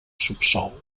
subsòl